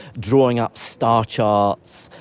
drawing up star charts,